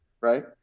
Right